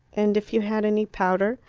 and if you had any powder.